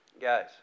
Guys